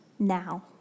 now